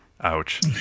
Ouch